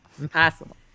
Impossible